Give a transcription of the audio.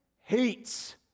hates